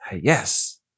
yes